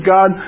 God